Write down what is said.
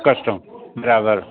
custom બરાબર